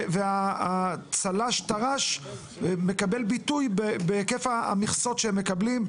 והצל"ש טר"ש מקבל ביטוי בהיקף המכסות שהם מקבלים,